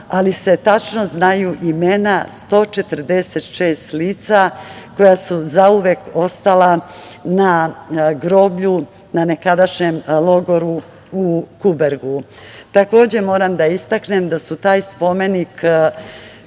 ali se tačno znaju imena 146 lica koja su zauvek ostala na groblju, na nekadašnjem logoru u Kubergu. Takođe, moram da istaknem da su taj spomenik,